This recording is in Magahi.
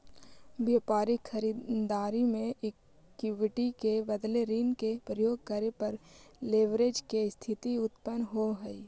व्यापारिक खरीददारी में इक्विटी के बदले ऋण के प्रयोग करे पर लेवरेज के स्थिति उत्पन्न होवऽ हई